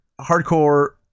hardcore